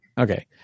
Okay